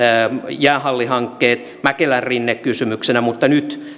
jäähallihankkeet mäkelänrinne kysymyksenä mutta nyt